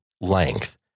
length